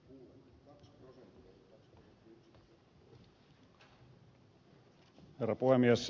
herra puhemies